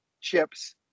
chips